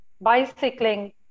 bicycling